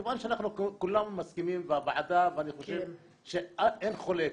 כיוון שאנחנו כולנו מסכימים והוועדה ואני חושב שאין חולק,